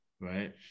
right